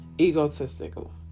egotistical